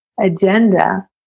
agenda